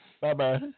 Bye-bye